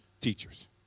teachers